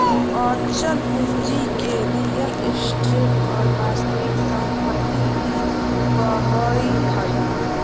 अचल पूंजी के रीयल एस्टेट और वास्तविक सम्पत्ति भी कहइ हइ